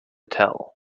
tell